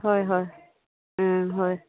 হয় হয় হয়